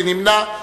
מי נמנע?